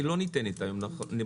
היא לא ניתנת היום למעשה,